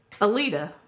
Alita